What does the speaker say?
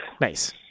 Nice